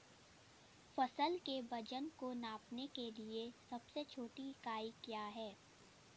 फसल के वजन को नापने के लिए सबसे छोटी इकाई क्या है?